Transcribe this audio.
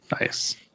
nice